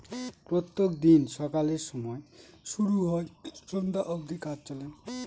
প্রত্যেক দিন সকালের সময় শুরু হয় সন্ধ্যা অব্দি কাজ চলে